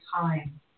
time